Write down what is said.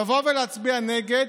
לבוא ולהצביע נגד,